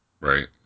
Right